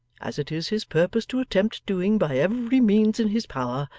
as it is his purpose to attempt doing by every means in his power,